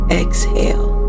exhale